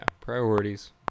priorities